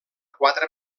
quatre